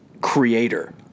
creator